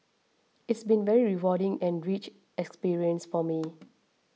it's been very rewarding and rich experience for me